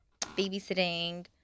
babysitting